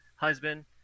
husband